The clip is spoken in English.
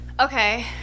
Okay